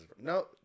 no